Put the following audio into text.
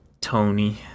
Tony